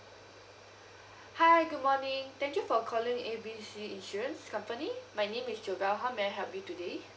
hi good morning thank you for calling A B C insurance company my name is debra how may I help you today